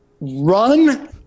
run